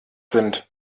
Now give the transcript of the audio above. sind